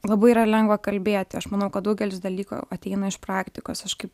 labai yra lengva kalbėti aš manau kad daugelis dalykų ateina iš praktikos kai